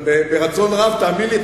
ברצון רב, תאמין לי.